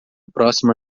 próxima